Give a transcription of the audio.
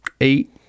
eight